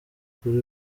kuri